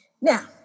Now